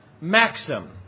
Maxim